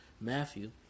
Matthew